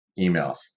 emails